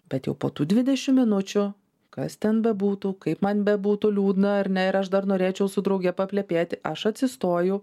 bet jau po tų dvidešim minučių kas ten bebūtų kaip man bebūtų liūdna ar ne ir aš dar norėčiau su drauge paplepėti aš atsistoju